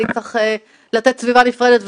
אני צריך לתת סביבה נפרדת?